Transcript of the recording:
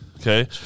Okay